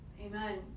Amen